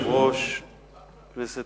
חבר הכנסת